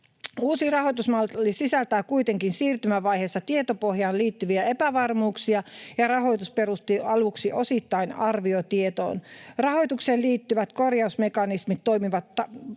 Uusi rahoitusmalli sisältää kuitenkin siirtymävaiheessa tietopohjaan liittyviä epävarmuuksia, ja rahoitus perustuu aluksi osittain arviotietoon. Rahoitukseen liittyvät korjausmekanismit toimivat